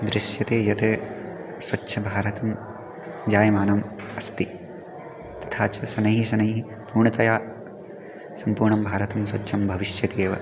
दृश्यते यत् स्वच्छभारतं जायमानम् अस्ति तथा च शनैः शनैः पूर्णतया सम्पूर्णं भारतं स्वच्छं भविष्यति एव